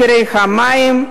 מחירי המים,